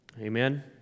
Amen